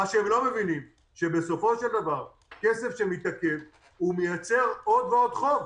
הם לא מבינים שבסופו של דבר כסף שמתעכב מייצר עוד ועוד חוב,